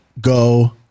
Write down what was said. Go